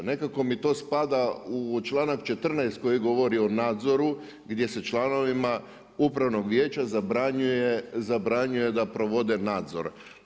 Nekako mi to spada u članak 14. koji govori o nadzoru gdje se članovima upravnog vijeća zabranjuje da provode nadzor.